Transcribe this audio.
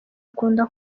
akunda